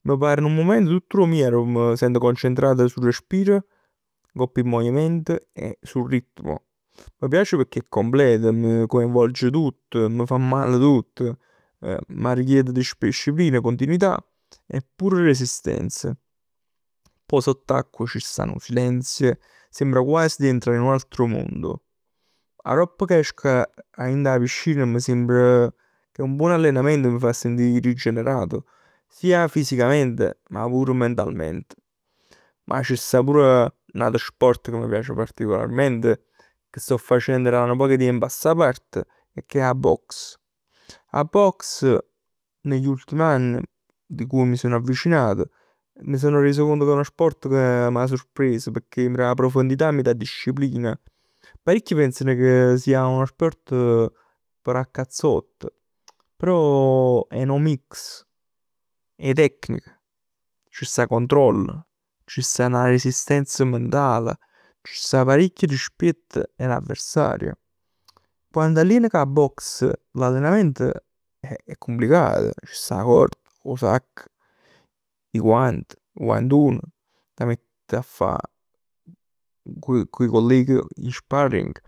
M' pare nu mumento tutto d' 'o mio arò m' sento concentrato ngopp 'o respiro, ngopp 'e movimenti e sul ritmo. M' piace pecchè è completo, mi coinvolge tutto, mi fa male tutto. Mi richiede disciplina, continuità e pure resistenza. Poi sott'acqua ci sta nu silenzio. Sembra quasi di entrare in un altro mondo. Aropp ca esco 'a dint 'a piscina mi sembra che un buon allenamento m' fa sentì rigenerato, sia fisicamente, ma pur mentalment. Ma c' sta pur n'atu sport ca m' piace particolarment che sto facenn a nu poc 'e tiemp a sta parte e che è 'a boxe. 'A boxe negli ultimi anni in cui mi sono avvicinato, mi sono reso conto che è nu sport che m' 'a sorpreso perchè mi da 'a profondità e mi da disciplina. Parecchi pensano che sia nu sport p' da a cazzott. Però è nu mix 'e tecnica, ci sta controllo, c' sta 'na resistenza mentale. Ci sta parecchio rispett 'e l'avversario. Quann t'allien cu 'a boxe, l'allenamento è complicato. C' sta 'a corda, 'o sacco, 'e guant, 'e guantun. T' 'a mett 'a fa quei cu 'e colleghi 'o sparring.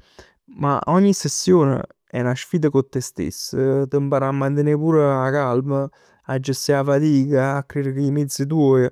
Ma ogni sessione è 'na sfida cu te stess, p' t' imparà a mantenè pur 'a calma. A gestì 'a fatica, a crere cu 'e miezz tuoji.